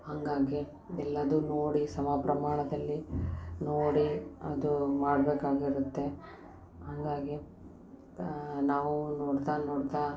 ಹಾಗಾಗಿ ಎಲ್ಲದು ನೋಡಿ ಸಮ ಪ್ರಮಾಣದಲ್ಲಿ ನೋಡಿ ಅದೂ ಮಾಡ್ಬೇಕು ಆಗಿರತ್ತೆ ಹಂಗಾಗಿ ನಾವು ನೋಡ್ತಾ ನೋಡ್ತಾ